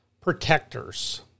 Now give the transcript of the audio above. protectors